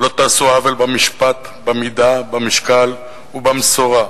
לא תעשו עול בַּמשפט, בַּמִדה, בַּמשקל ובַמשורה.